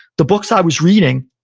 the books i was reading,